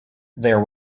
there